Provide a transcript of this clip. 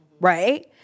right